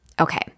Okay